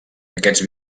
aquests